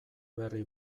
berri